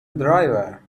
driver